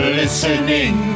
listening